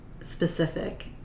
specific